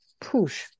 push